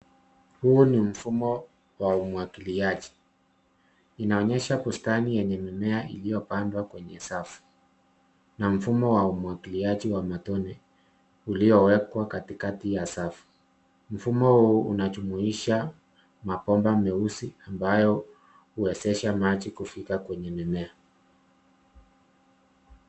Huu mi mfumo wa umwagiliaji. inaonyesha bustani yenye mimmea ilio pandwa kwenye safu na mfumo wa umwagiliaji wa matone uliowekwa katikati ya safu. Mfumo huu unajumuisha mabomba meusi ambayo huwezesha maji kufika kwenye mimea.